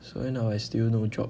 so now I still no job